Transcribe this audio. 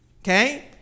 okay